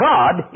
God